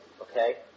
Okay